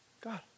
God